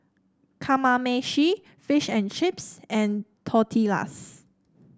Kamameshi Fish and Chips and Tortillas